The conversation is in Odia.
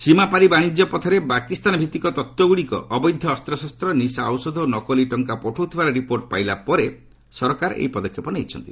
ସୀମାପାରି ବାଣିଜ୍ୟ ପଥରେ ପାକିସ୍ତାନ ଭିତ୍ତିକ ତତ୍ତ୍ୱଗୁଡ଼ିକ ଅବୈଧ ଅସ୍ତ୍ରଶସ୍ତ୍ର ନିଶା ଔଷଧ ଓ ନକଲି ଟଙ୍କା ପଠାଉଥିବାର ରିପୋର୍ଟ ପାଇଲା ପରେ ସରକାର ଏହି ପଦକ୍ଷେପ ନେଇଛନ୍ତି